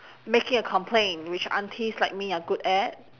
making a complaint which aunties like me are good at